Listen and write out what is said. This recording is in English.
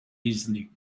easily